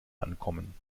ankommen